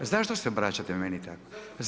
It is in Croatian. A zašto se obraćate meni tako?